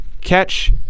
catch